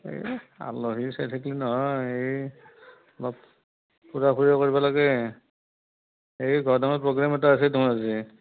এ আলহি চাই থাকিলে নহয় এই অলপ ফুৰা ফুৰি কৰিব লাগে এই প্ৰগ্ৰাম এটা আছে দেখোন আজি